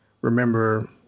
remember